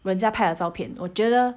人家拍的照片我觉得